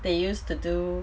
they used to do